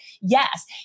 yes